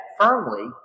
firmly